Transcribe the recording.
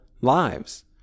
lives